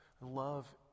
Love